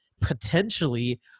potentially